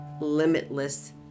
limitless